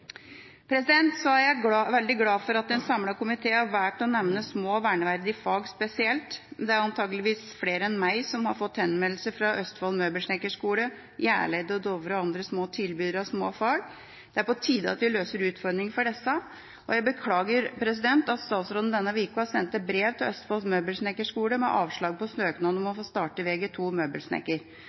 studieforbundene. Så er jeg veldig glad for at en samlet komité har valgt å nevne små og verneverdige fag spesielt. Det er antakeligvis flere enn meg som har fått henvendelser fra Østfold Møbelsnekkerskole, Hjerleid på Dovre og andre små tilbydere av små fag. Det er på tide at vi løser utfordringene for disse, og jeg beklager at statsråden denne uka sendte brev til Østfold Møbelsnekkerskole med avslag på søknaden om å få starte